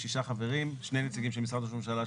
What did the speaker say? שישה חברים: שני נציגים של משרד ראש הממשלה,